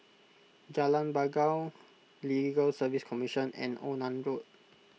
Jalan Bangau Legal Service Commission and Onan Road